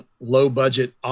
low-budget